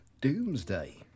Doomsday